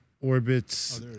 orbits